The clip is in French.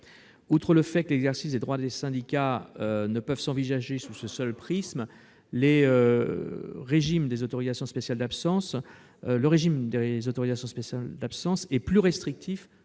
Outre que l'exercice des droits des syndicats ne peut s'envisager sous ce seul prisme, le régime des autorisations spéciales d'absence est plus restrictif